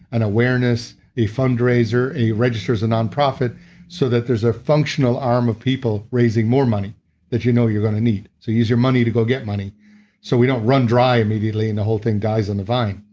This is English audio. an awareness, a fundraiser, a register as a nonprofit so that there's a functional arm of people raising more money if you know what you're going to need. so use your money to go get money so we don't run dry and maybe laying the whole thing dies in the vine.